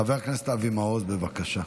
חבר הכנסת אבי מעוז, בבקשה.